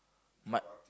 might